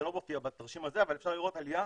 זה לא מופיע בתרשים הזה, אבל אפשר לראות עלייה,